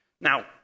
Now